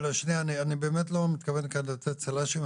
באמת לא מתכוון כאן לתת צל"שים,